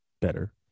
better